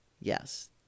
Yes